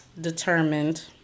determined